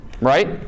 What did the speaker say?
Right